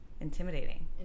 Intimidating